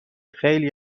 خیلی